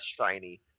shiny